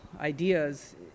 ideas